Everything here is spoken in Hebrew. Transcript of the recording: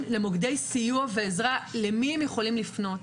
למוקדי סיוע ועזרה למי הם יכולים לפנות,